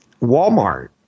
Walmart